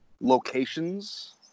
locations